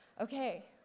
okay